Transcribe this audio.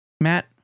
Matt